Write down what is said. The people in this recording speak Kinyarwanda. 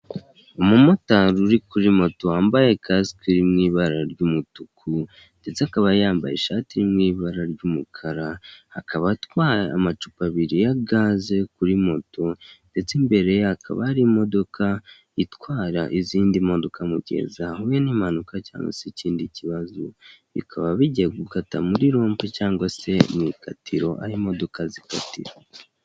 Umumotari uri kuri moto wambaye kasike iri mu ibara ry'umutuku ndetse akaba yambaye ishati iri mu ibara ry'umukara akaba atwaye amacupa abiri ya gaze kuri moto ndetse imbere ye hakaba hari imodoka itwara izindi modoka mu gihe zahuye n'impanuka cyangwa se ikindi kibazo, bikaba bigiye gukata muri rompe cyangwa se mu ikatiro aho imodoka zikatira.